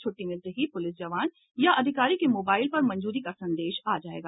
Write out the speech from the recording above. छुट्टी मिलते ही पुलिस जवान या अधिकारी के मोबाईल पर मंजूरी का संदेश आ जायेगा